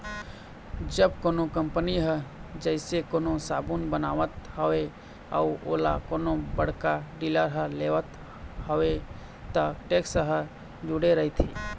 जब कोनो कंपनी ह जइसे कोनो साबून बनावत हवय अउ ओला कोनो बड़का डीलर ह लेवत हवय त टेक्स ह जूड़े रहिथे